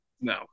No